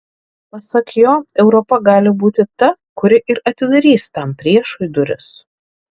pasak jo europa gali būti ta kuri ir atidarys tam priešui duris